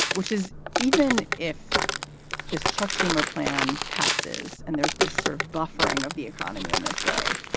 which is even if this chuck schumer plan passes and there's this sort of buffering of the economy in this way,